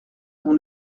mon